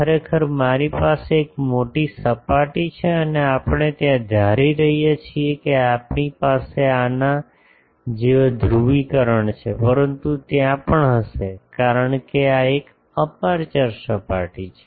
ખરેખર મારી પાસે એક મોટી સપાટી છે અને આપણે ત્યાં ધારી રહ્યા છીએ કે આપણી પાસે આના જેવા ધ્રુવીકરણ છે પરંતુ ત્યાં પણ હશે કારણ કે આ એક અપેર્ચર સપાટી છે